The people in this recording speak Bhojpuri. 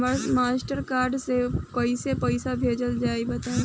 हमरा मास्टर कार्ड से कइसे पईसा भेजल जाई बताई?